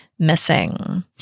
missing